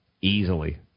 Easily